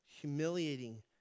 humiliating